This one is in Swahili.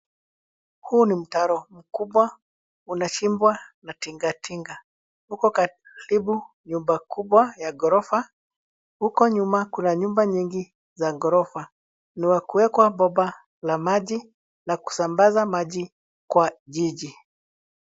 Huu ni mtaro mkubwa unachimbwa na tinga tinga. Uko karibu nyumba kubwa ya ghorofa. Huko nyuma kuna nyumba nyingi za ghorofa. Ni wa kuwekwa bomba la maji, la kusambaza maji kwa jiji.